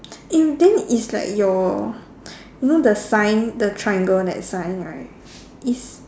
eh then if like your you know the sign the triangle that sign right is